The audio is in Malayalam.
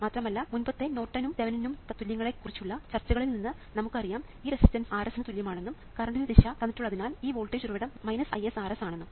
മാത്രമല്ല മുൻപത്തെ നോർട്ടൺ ഉം ഉം തെവെനിൻ ഉം തത്തുല്യങ്ങളെ കുറിച്ചുള്ള ചർച്ചകളിൽ നിന്ന് നമുക്കറിയാം ഈ റെസിസ്റ്റൻസ് Rs ന് തുല്യമാണെന്നും കറണ്ടിൻറെ ദിശ തന്നിട്ടുള്ളതിനാൽ ഈ വോൾട്ടേജ് ഉറവിടം IsRs ആണെന്നും